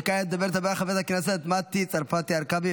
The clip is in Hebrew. וכעת הדוברת הבאה חברת הכנסת מטי צרפתי הרכבי,